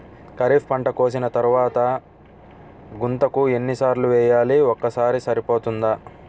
ఖరీఫ్ పంట కోసిన తరువాత గుంతక ఎన్ని సార్లు వేయాలి? ఒక్కసారి సరిపోతుందా?